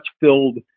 filled